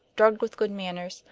drugged with good manners,